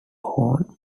horn